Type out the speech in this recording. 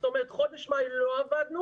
זאת אומרת, בחודש מאי לא עבדנו,